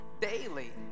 daily